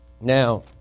Now